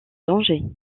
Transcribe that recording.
danger